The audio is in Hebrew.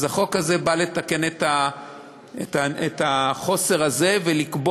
אז החוק הזה בא לתקן את החוסר הזה ולקבוע